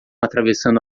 atravessando